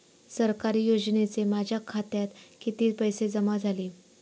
सरकारी योजनेचे माझ्या खात्यात किती पैसे जमा झाले?